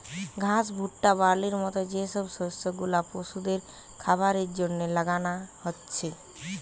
ঘাস, ভুট্টা, বার্লির মত যে সব শস্য গুলা পশুদের খাবারের জন্যে লাগানা হচ্ছে